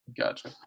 gotcha